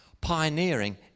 Pioneering